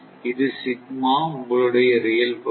இது சிக்மா உங்களுடைய ரியல் பகுதி